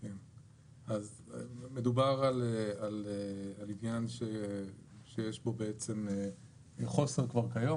אז מדובר על עניין שיש פה מחוסר כבר כיום